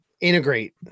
integrate